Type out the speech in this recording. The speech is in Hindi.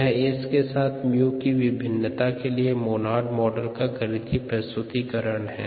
यह S के साथ 𝜇 की विभिन्नता के लिए मोनोड मॉडल का गणितीय प्रस्तुतिकरण है